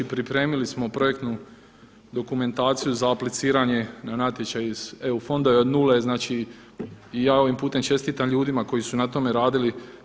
Pripremili smo projektnu dokumentaciju za apliciranje na natječaj iz eu fonda od nule i ja ovim putem čestitam ljudima koji su na tome radili.